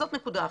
זאת נקודה אחת.